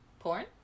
Porn